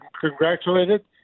congratulated